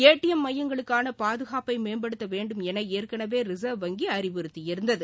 ATM மையங்களுக்கான பாதுகாப்பை மேம்படுத்த வேண்டும் என ஏற்கனவே ரிசர்வ் வங்கி அறிவறுத்தியிருந்தது